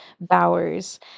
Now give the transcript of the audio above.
bowers